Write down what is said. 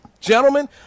Gentlemen